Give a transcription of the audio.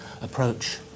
approach